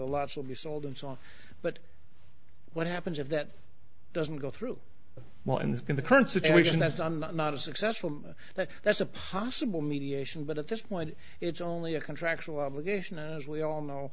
still be sold and so on but what happens if that doesn't go through well and in the current situation that's on not a successful but that's a possible mediation but at this point it's only a contractual obligation as we all know